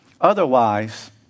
Otherwise